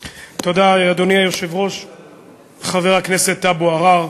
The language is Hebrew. אדוני היושב-ראש, תודה, חבר הכנסת אבו עראר,